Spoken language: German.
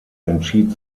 entschied